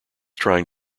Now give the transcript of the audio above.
trying